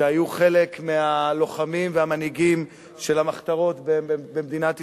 שהיו חלק מהלוחמים והמנהיגים של המחתרות במדינת ישראל,